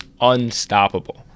unstoppable